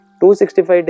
265